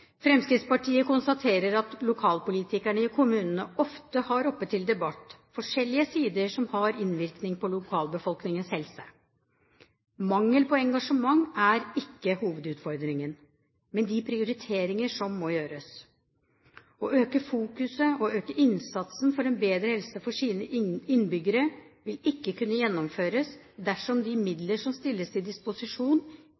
Fremskrittspartiet konstaterer at lokalpolitikerne i kommunene ofte har oppe til debatt forskjellige sider som har innvirkning på lokalbefolkningens helse. Mangel på engasjement er ikke hovedutfordringen, men de prioriteringer som må gjøres. Å øke fokuset og øke innsatsen for en bedre helse for innbyggerne vil ikke kunne gjennomføres dersom de